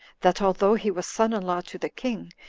that although he was son-in-law to the king,